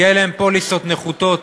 יהיו להם פוליסות נחותות